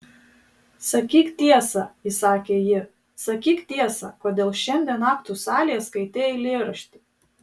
sakyk tiesą įsakė ji sakyk tiesą kodėl šiandien aktų salėje skaitei eilėraštį